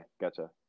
gotcha